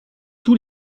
tous